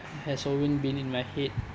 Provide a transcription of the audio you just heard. has always been in my head